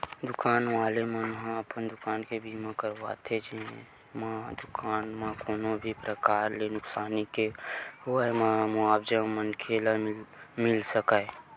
दुकान वाले मन ह अपन दुकान के बीमा करवाथे जेमा दुकान म कोनो भी परकार ले नुकसानी के होय म मुवाजा मनखे ल मिले सकय